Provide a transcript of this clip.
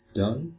done